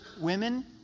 women